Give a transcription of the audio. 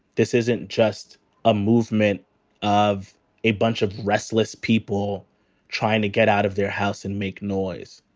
this isn't just a movement of a bunch of restless people trying to get out of their house and make noise.